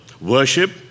worship